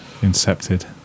incepted